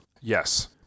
Yes